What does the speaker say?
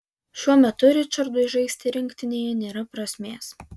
šiuo metu ričardui žaisti rinktinėje nėra prasmės